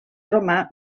romà